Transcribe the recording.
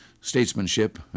statesmanship